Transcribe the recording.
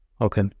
Okay